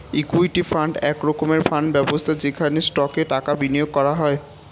equity fund এক রকমের fund ব্যবস্থা যেখানে স্টকে টাকা বিনিয়োগ করা হয়